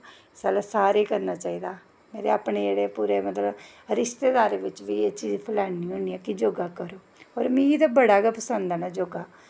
सारें गी करना चाहिदा मेरे अपने मतलब रिश्तेदारें बिच्च बी एह् चीज फलान्नी होन्नी आं कि योगा करो होर मिगी ते बड़ा गै पसंद ऐ न योगा